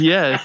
Yes